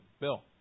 Bill